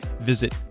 Visit